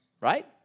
right